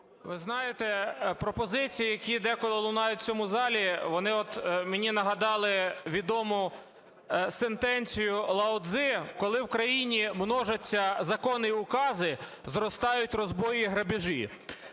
Ви знаєте, пропозиції, які деколи лунають в цьому залі, вони мені нагадали відому сентенцію Лао-цзи: коли в країні множаться закони і укази, зростають розбої і грабежі.